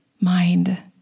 mind